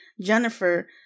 jennifer